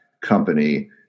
company